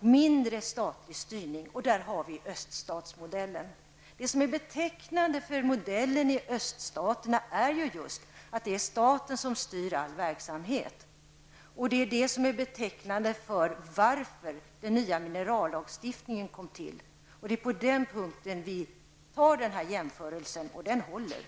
mindre av statlig styrning. Jag tänker på öststatsmodellen. Det som är betecknande för öststatsmodellen är ju just att det är staten som styr all verksamhet. Detta är också betecknande när det gäller anledningen till att den nya minerallagstiftningen kom till. Det är den punkten som jämförelsen gäller, och den håller.